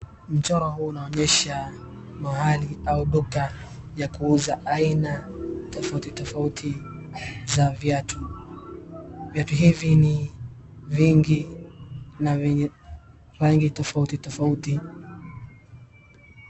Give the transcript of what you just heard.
Mchoro huu unaonyesha mahali au duka ya kuuza aina tofauti tofauti za viatu. Viatu hivi ni vingi na vyenye rangi tofauti tofauti.